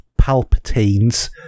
Palpatine's